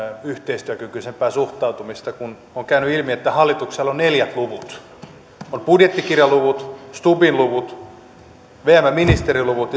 yhteistyökykyisempää suhtautumista kun on käynyt ilmi että hallituksella on neljät luvut on budjettikirjaluvut stubbin luvut vmn ministerin luvut